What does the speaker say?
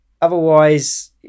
otherwise